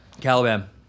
Caliban